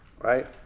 Right